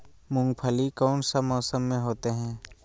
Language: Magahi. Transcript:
मूंगफली कौन सा मौसम में होते हैं?